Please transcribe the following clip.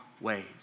ways